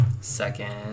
second